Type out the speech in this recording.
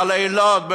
בלילות,